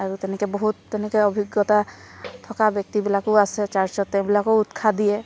আৰু তেনেকৈ বহুত তেনেকৈ অভিজ্ঞতা থকা ব্যক্তিবিলাকো আছে চাৰ্চত তেওঁবিলাকেও উৎসাহ দিয়ে